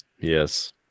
Yes